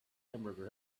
hamburger